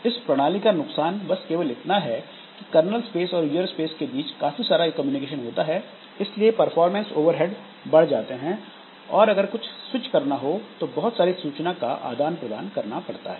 इस प्रणाली का नुकसान बस इतना है कि कर्नल स्पेस और यूजरस्पेस के बीच काफी सारा कम्युनिकेशन होता है इसलिए परफॉर्मेंस ओवरहेड बढ़ जाते हैं और अगर कुछ स्विच करना हो तो बहुत सारी सूचना का आदान प्रदान करना पड़ता है